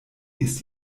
ist